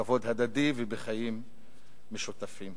בכבוד הדדי ובחיים משותפים.